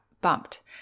bumped